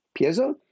piezo